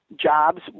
jobs